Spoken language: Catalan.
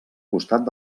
costat